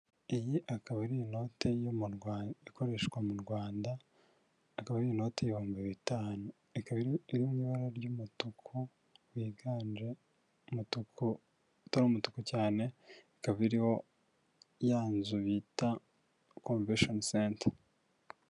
Iyi ikaba ari inoti ikoreshwa mu Rwanda akaba ari inote y'ibihumbi bitanu ikaba iri mu ibara ry'umutuku wiganje umutuku utari umutuku cyane, ikaba iriho ya nzu bita komvesheni senta.